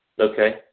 Okay